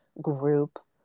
group